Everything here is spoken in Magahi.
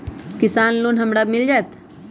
किसान लोन हमरा मिल जायत?